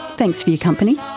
thanks for your company,